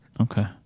Okay